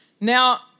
Now